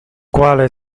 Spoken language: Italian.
quale